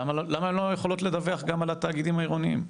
למה לא יכולות לדווח גם על התאגידים העירוניים,